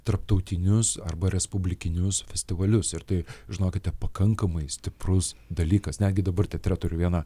tarptautinius arba respublikinius festivalius ir tai žinokite pakankamai stiprus dalykas netgi dabar teatre turiu vieną